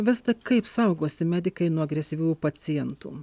vis tik kaip saugosi medikai nuo agresyvių pacientų